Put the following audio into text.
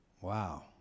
Wow